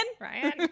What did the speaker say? ryan